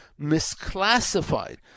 misclassified